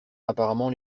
apparemment